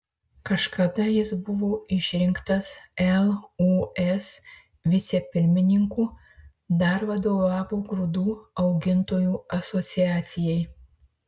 kažkada jis buvo išrinktas lūs vicepirmininku dar vadovavo grūdų augintojų asociacijai